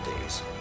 days